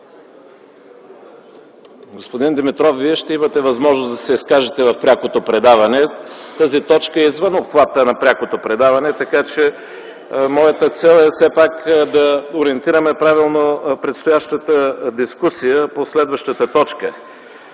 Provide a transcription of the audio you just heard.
Господин Димитров, Вие ще имате възможност да се изкажете в прякото предаване. Тази точка е извън обхвата на прякото предаване, така че моята цел е все пак да ориентираме правилно предстоящата дискусия по следващата точка.